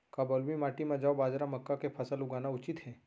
का बलुई माटी म जौ, बाजरा, मक्का के फसल लगाना उचित हे?